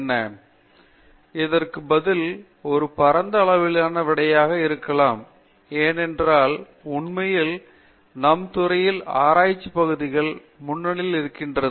பேராசிரியர் ஸ்ரீகாந்த் வேதாந்தம் இதற்கு பதில்ஒரு பரந்த அளவிலான விடையாக இருக்கலாம் ஏன் என்றால் உண்மையில் நம் துறை ஆராய்ச்சிப் பகுதிகளில் முன்னணியில் இருக்கிறது